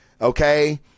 okay